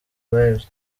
lives